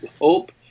hope